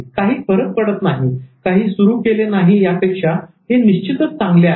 काही फरक पडत नाही काही सुरू केले नाही यापेक्षा हे निश्चितच चांगले आहे